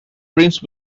prince